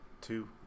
Two